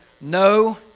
No